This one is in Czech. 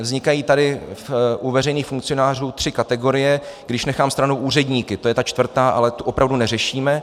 Vznikají tady u veřejných funkcionářů tři kategorie, když nechám stranou úředníky to je ta čtvrtá, ale tu opravdu neřešíme.